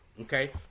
Okay